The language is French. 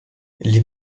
les